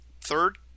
third